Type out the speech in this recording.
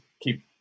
keep